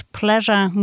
pleasure